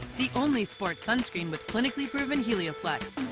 the only sport sunscreen with clinically proven helioplex